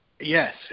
Yes